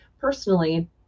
personally